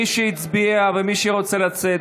מי שהצביע ומי שרוצה לצאת,